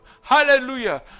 Hallelujah